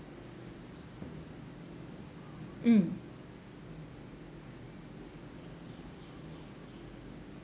mm